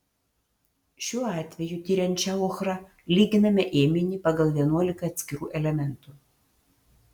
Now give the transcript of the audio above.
šiuo atveju tiriant šią ochrą lyginame ėminį pagal vienuolika atskirų elementų